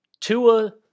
Tua